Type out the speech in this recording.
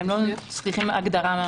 והם לא צריכים הגדרה מיוחדת.